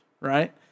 right